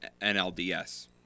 NLDS